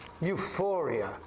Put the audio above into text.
euphoria